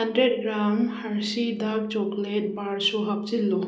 hundred gram ꯑꯁꯤꯗ chocolate ꯕꯥꯔꯁꯨ ꯍꯥꯞꯆꯤꯜꯂꯨ